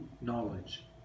knowledge